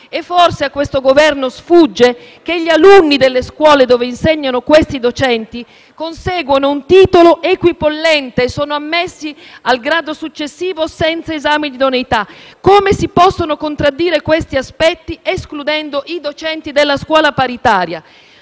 Forse a questo Governo sfugge che gli alunni delle scuole dove insegnano questi docenti conseguono un titolo equipollente e sono ammessi al grado successivo senza esame di idoneità. Come si possono contraddire questi aspetti escludendo i docenti della scuola paritaria?